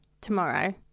tomorrow